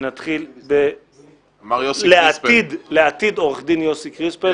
ונתחיל בלעתיד עורך דין יוסי קריספל.